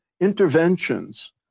interventions